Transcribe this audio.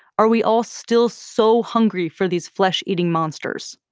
are we all still so hungry for these flesh-eating monsters?